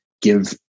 give